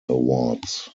awards